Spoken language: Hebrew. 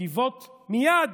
מגיבות מייד